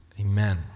Amen